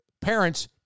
parents